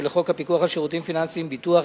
ולחוק הפיקוח על שירותים פיננסיים (ביטוח),